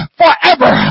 forever